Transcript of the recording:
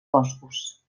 boscos